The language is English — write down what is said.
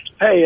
Hey